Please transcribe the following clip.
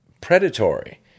predatory